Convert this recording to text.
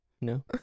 No